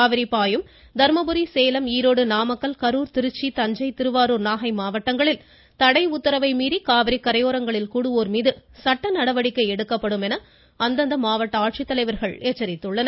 காவிரி பாயும் தர்மபுரி சேலம் ஈரோடு நாமக்கல் கருர் திருச்சி தஞ்சை திருவாரூர் நாகை மாவட்டங்களில் தடை உத்தரவை மீறி காவிரி கரையோரங்களில் மீது சட்ட நடவடிக்கை எடுக்கப்படும் என அந்தந்த மாவட்ட கூடுவோர் ஆட்சித்தலைவர்கள் எச்சரித்துள்ளனர்